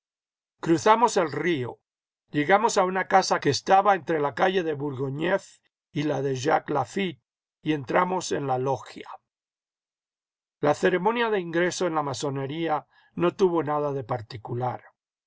cruzamos el río llegamos a una casa que estaba entre la calle de bourgneuf y la de jacques lafitte y entramos en la logia la ceremonia de ingreso en la masonería no tavo nada de particular